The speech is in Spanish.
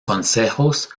consejos